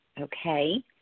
okay